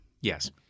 Yes